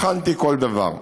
בחנתי כל דבר.